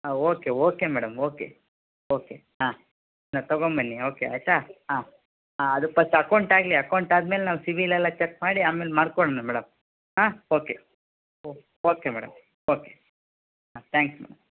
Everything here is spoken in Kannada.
ಹಾಂ okay okay madam okay okay ಹಾಂ ತಗೊಂಬನ್ನಿ ಓಕೆ ಆಯಿತಾ ಹಾಂ ಅದು ಫಸ್ಟ್ ಅಕೌಂಟ್ ಆಗಲಿ ಅಕೌಂಟ್ ಆದ ಮೇಲೆ ನಾವು ಸಿಬಿಲ್ ಎಲ್ಲ ಚೆಕ್ ಮಾಡಿ ಆಮೇಲೆ ಮಾಡಿಕೊಡೋಣ ಮೇಡಮ್ ಹಾಂ ಓಕೆ ಓ ಓಕೆ ಮೇಡಮ್ ಓಕೆ ಹಾಂ ಥ್ಯಾಂಕ್ಸ್ ಮೇಡಮ್